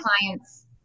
clients